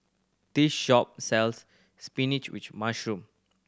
this shop sells spinach with mushroom